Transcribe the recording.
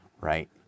right